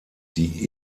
die